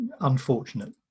unfortunate